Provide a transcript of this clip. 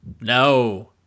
No